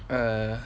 err